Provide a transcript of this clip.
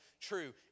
true